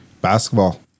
Basketball